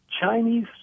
Chinese